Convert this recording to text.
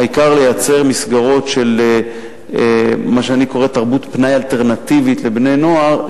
העיקר לייצר מסגרות של מה שאני קורא "תרבות פנאי אלטרנטיבית לבני-נוער",